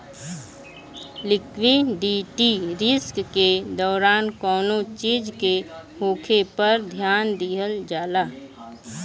liquidity risk के दौरान कौनो चीज के होखे पर ध्यान दिहल जाला